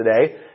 today